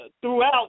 throughout